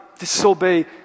disobey